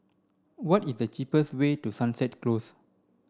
what is the cheapest way to Sunset Close